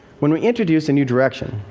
when we introduce a new direction,